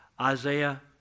Isaiah